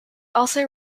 also